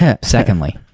secondly